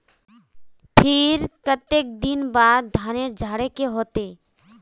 फिर केते दिन बाद धानेर झाड़े के होते?